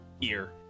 ear